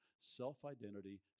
self-identity